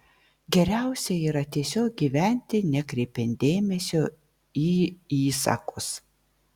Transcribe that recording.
geriausia yra tiesiog gyventi nekreipiant dėmesio į įsakus